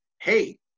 hey